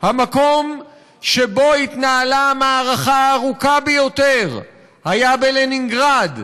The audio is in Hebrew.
המקום שבו התנהלה המערכה הארוכה ביותר היה לנינגרד,